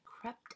crept